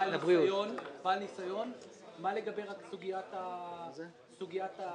בעל ניסיון, ומה לגבי סוגיית ה-10%?